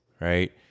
right